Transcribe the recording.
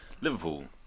Liverpool